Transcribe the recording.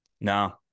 No